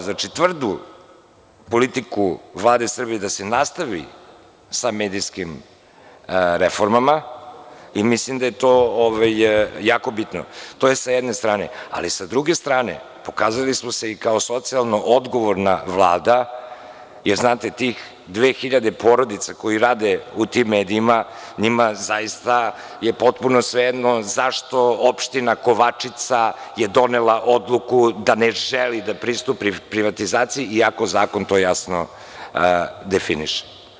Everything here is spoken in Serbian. Znači, tvrdu politiku Vlade Srbije da se nastavi sa medijskim reformama i mislim da je to jako bitno, to je sa jedne strane, ali sa druge strane, pokazali smo se i kao socijalno odgovorna Vlada, jer tih 2.000 porodica koji rade u tim medijima, njima je zaista potpuno svejedno zašto je opština Kovačica donela odluku da ne želi da pristupi privatizaciji, iako zakon to jasno definiše.